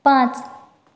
पांच